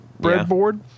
breadboard